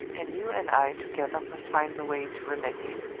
and you and i together must find the way to remedy it.